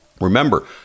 Remember